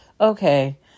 okay